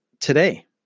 Today